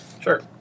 Sure